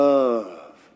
Love